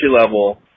level